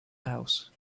house